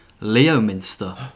Leominster